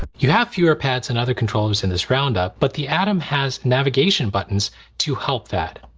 you have fewer pads and other controllers in this roundup but the atom has navigation buttons to help that